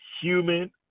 human